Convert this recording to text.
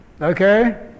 okay